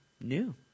new